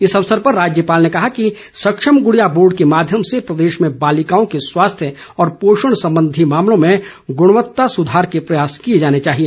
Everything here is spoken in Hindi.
इस अवसर पर राज्यपाल ने कहा कि सक्षम गुड़िया बोर्ड के माध्यम से प्रदेश में बालिकाओं के स्वास्थ्य व पोषण संबंधी मामलों में गुणवत्ता सुधार के प्रयोस किए जाने चाहिए